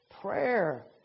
Prayer